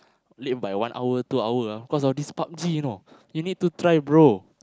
late by one hour two hour ah cause of this Pub-G you know you need to try bro